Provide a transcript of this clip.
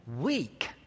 weak